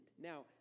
Now